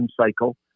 cycle